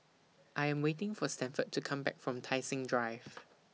I Am waiting For Stanford to Come Back from Tai Seng Drive